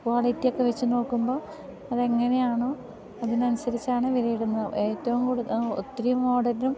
ക്വാളിറ്റിയൊക്കെ വെച്ച് നോക്കുമ്പോൾ അതെങ്ങനെയാണോ അതിനനുസരിച്ചാണ് വിലയിടുന്നത് ഏറ്റവും കൂടുതൽ ഒത്തിരി മോഡലും